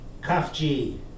Kafji